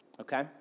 okay